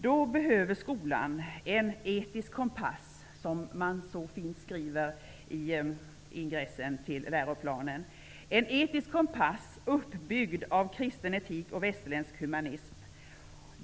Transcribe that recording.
Då behöver skolan en etisk kompass, som man så fint skriver i ingressen till läroplanen, uppbyggd på kristen etik och västerländsk humanism.